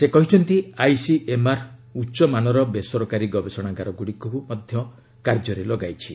ସେ କହିଛନ୍ତି ଆଇସିଏମ୍ଆର୍ ଉଚ୍ଚମାନର ବେସରକାରୀ ଗବେଷଣାଗାରଗୁଡ଼ିକୁ ମଧ୍ୟ କାର୍ଯ୍ୟରେ ଲଗାଇଛି